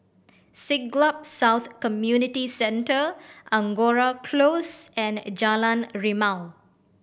Siglap South Community Centre Angora Close and Jalan Rimau